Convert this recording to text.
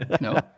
No